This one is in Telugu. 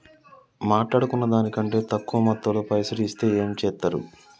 మాట్లాడుకున్న దాని కంటే తక్కువ మొత్తంలో పైసలు ఇస్తే ఏం చేత్తరు?